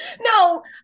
no